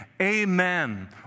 amen